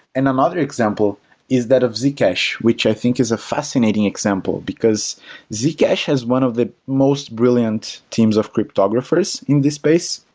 and another example is that of z cash, which i think is a fascinating example because z cash has one of the most brilliant teams of cryptographers in the space,